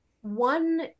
one